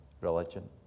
religion